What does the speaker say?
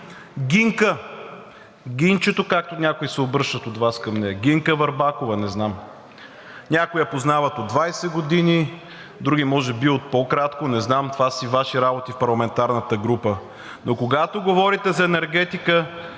Гинка, Гинчето, както някои от Вас се обръщат към нея – Гинка Върбакова, не знам. Някои я познават от 20 години, други може би от по-кратко, не знам, това са си Ваши работи в парламентарната група. Но когато говорите за енергетика,